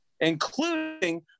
including